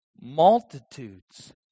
multitudes